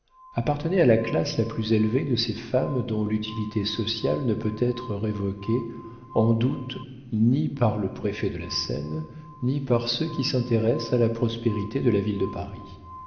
appartenait à la classe la plus élevée de ces femmes dont l'utilité sociale ne peut être révoquée en doute ni par le préfet de la seine ni par ceux qui s'intéressent à la prospérité de la ville de paris